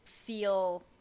feel